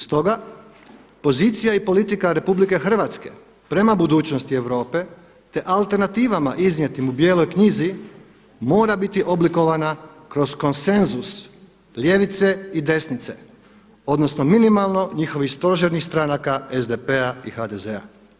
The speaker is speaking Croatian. Stoga pozicija i politika Republike Hrvatske prema budućnosti Europe, te alternativama iznijetim u Bijeloj knjizi mora biti oblikovana kroz konsenzus ljevice i desnice odnosno minimalno njihovih stožernih stranaka SDP-a i HDZ-a.